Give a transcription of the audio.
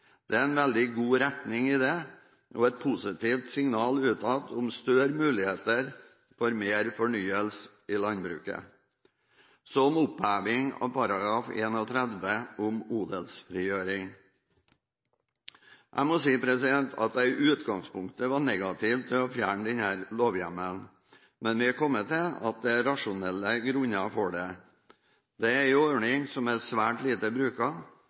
Det er en veldig god retning i det og et positivt signal utad om større muligheter for mer fornyelse innenfor landbruket. Så om oppheving av § 31 om odelsfrigjøring: Jeg må si at jeg i utgangspunktet var negativ til å fjerne denne lovhjemmelen, men vi er kommet til at det er rasjonelle grunner for det. Dette er en ordning som er svært lite